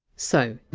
so.